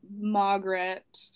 Margaret